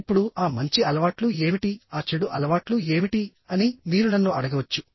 ఇప్పుడు ఆ మంచి అలవాట్లు ఏమిటి ఆ చెడు అలవాట్లు ఏమిటి అని మీరు నన్ను అడగవచ్చు